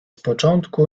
początku